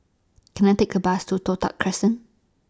Can I Take A Bus to Toh Tuck Crescent